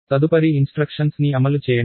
తదుపరి ఇన్స్ట్రక్షన్స్ ని అమలు చేయండి